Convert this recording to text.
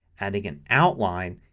adding an outline,